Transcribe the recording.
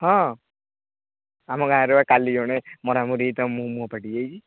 ହଁ ଆମ ଗାଁରେ ବା କାଲି ଜଣେ ମରାମରି ହୋଇ ତା ମୁହଁ ଫାଟି ଯାଇଛି